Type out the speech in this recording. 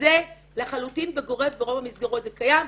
וזה לחלוטין בגורף ברוב המסגרות זה קיים.